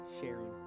sharing